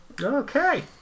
Okay